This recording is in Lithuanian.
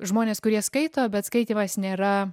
žmonės kurie skaito bet skaitymas nėra